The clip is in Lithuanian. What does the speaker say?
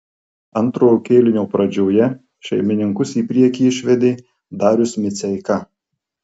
antrojo kėlinio pradžioje šeimininkus į priekį išvedė darius miceika